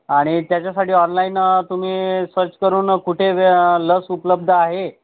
आणि त्याच्यासाठी ऑनलाईन तुम्ही सर्च करून कुठे लस उपलब्ध आहे